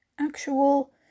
actual